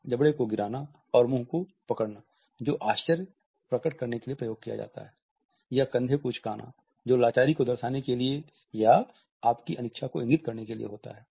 उदाहरण के लिए जबड़े को गिराना और मुंह को पकड़ना जो आश्चर्य प्रकट करने के लिए प्रयोग किया जाता है या कंधे को उचकाना जो लाचारी को दर्शाने के लिए या आपकी अनिच्छा को इंगित करने के लिए होता